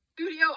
studio